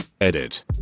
Edit